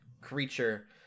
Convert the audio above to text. creature